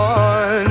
on